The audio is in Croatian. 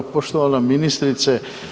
Poštovana ministrice.